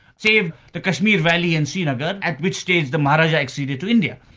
saved the kashmir valley in srinagar at which stage the maharajah acceded to india.